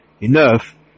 Enough